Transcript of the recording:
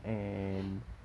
and